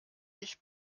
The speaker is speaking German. ich